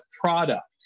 product